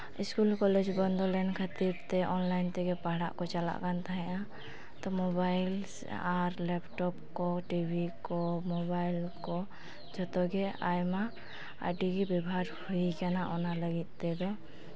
school college ᱵᱚᱱᱫᱚ ᱞᱮᱱ ᱠᱷᱟᱹᱛᱤᱨᱛᱮ ᱚᱱᱞᱟᱭᱤᱱ ᱛᱮᱜᱮ ᱯᱟᱲᱦᱟᱜ ᱠᱚ ᱪᱟᱞᱟᱜ ᱠᱟᱱ ᱛᱟᱦᱮᱸᱜᱼᱟ ᱛᱚ ᱢᱚᱵᱟᱭᱤᱞ ᱟᱨ ᱞᱮᱯᱴᱚᱯ ᱠᱚ ᱴᱤᱵᱷᱤ ᱠᱚ ᱢᱳᱵᱟᱭᱤᱞ ᱠᱚ ᱡᱷᱚᱛᱚᱜᱮ ᱟᱭᱢᱟ ᱟᱹᱰᱤᱜᱮ ᱵᱮᱵᱚᱦᱟᱨ ᱦᱩᱭᱟᱠᱟᱱᱟ ᱚᱱᱟ ᱞᱟᱹᱜᱤᱫ ᱛᱮᱫᱚ